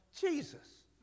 Jesus